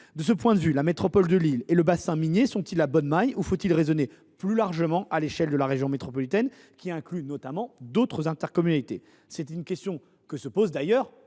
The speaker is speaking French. De ce point de vue, la métropole de Lille et le bassin minier sont ils la bonne maille ou faut il raisonner plus largement à l’échelle de la région métropolitaine, qui inclut d’autres intercommunalités ? C’est une question que se posent d’ailleurs